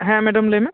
ᱦᱮᱸ ᱢᱮᱰᱟᱢ ᱞᱟᱹᱭᱢᱮ